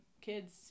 kids